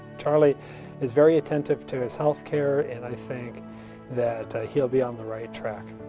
charlie is very attentive to his healthcare and i think that he'll be on the right track